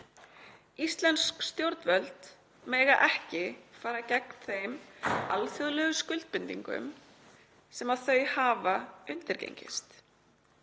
Íslensk stjórnvöld mega ekki fara gegn þeim alþjóðlegu skuldbindingum sem þau hafa undirgengist.